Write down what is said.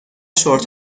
شورت